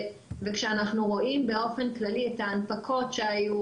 וכשאנחנו רואים באופן כללי את ההנפקות שהיו